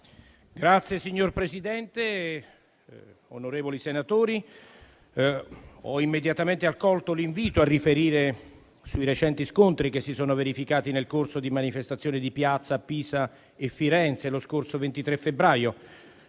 Signor Presidente, onorevoli senatori, ho immediatamente accolto l'invito a riferire sui recenti scontri che si sono verificati nel corso di manifestazioni di piazza a Pisa e Firenze lo scorso 23 febbraio,